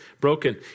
broken